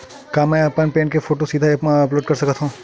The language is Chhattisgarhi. का मैं अपन पैन के फोटू सीधा ऐप मा अपलोड कर सकथव?